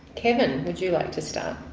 kevin, would you like to start?